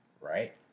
right